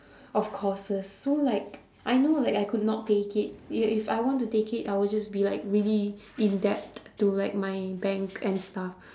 of courses so like I know like I could not take it i~ if I want to take it I would just be like really in debt to like my bank and stuff